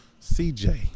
CJ